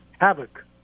havoc